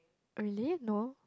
really no